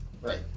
Right